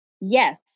yes